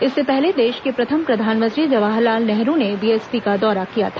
इससे पहले देश के प्रथम प्रधानमंत्री जवाहर लाल नेहरू ने बीएसपी का दौरा किया था